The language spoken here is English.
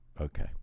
Okay